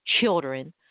children